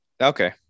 Okay